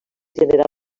generar